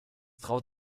traut